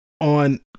on